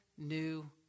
new